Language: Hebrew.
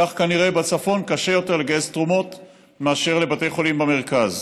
כך כנראה בצפון קשה יותר לגייס תרומות מאשר לבתי החולים במרכז,